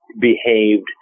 behaved